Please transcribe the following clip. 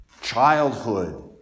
childhood